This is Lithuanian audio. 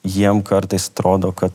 jiem kartais atrodo kad